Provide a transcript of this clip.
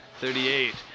thirty-eight